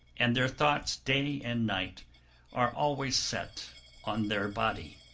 and their thoughts day and night are always set on their body.